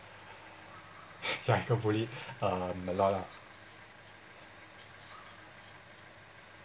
I got bullied um a lot ah